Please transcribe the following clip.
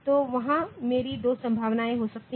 तो वहां मेरी दो संभावनाएं हो सकती हैं